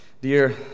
Dear